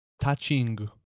touching